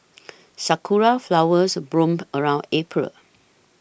sakura flowers bloom around April